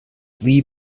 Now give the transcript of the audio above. lee